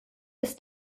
ist